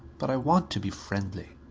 but i want to be friendly.